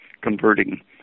converting